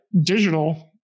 digital